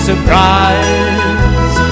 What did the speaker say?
Surprise